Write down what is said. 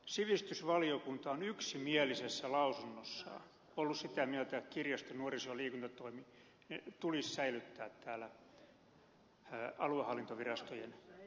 sivistysvaliokunta on yksimielisessä lausunnossaan ollut sitä mieltä että kirjasto nuoriso ja liikuntatoimi tulisi säilyttää täällä aluehallintoviraston puolella